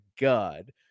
God